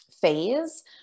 phase